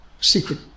secret